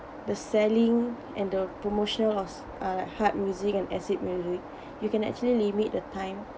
the selling and the promotional of s~ uh hard music and acid music you can actually limit the time